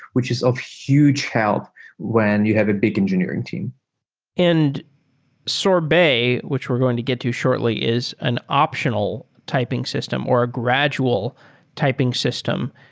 which is of huge help when you have a big engineering team and sorbet, which we're going to get to shortly is an optional typing system or a gradual typing system.